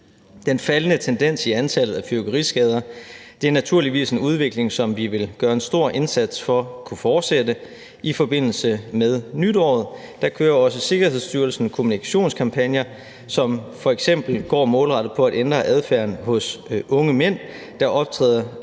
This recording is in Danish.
Den faldende tendens i antallet af fyrværkeriskader er naturligvis en udvikling, som vi vil gøre en stor indsats for kan fortsætte. I forbindelse med nytåret kører også Sikkerhedsstyrelsen kommunikationskampagner, som f.eks. går målrettet på at ændre adfærden hos unge mænd, der optræder